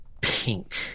pink